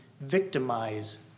victimize